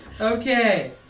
Okay